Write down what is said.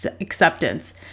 acceptance